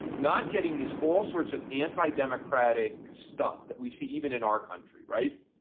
not getting these all sorts of anti-democratic stuff that we see even in our country. right.